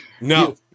No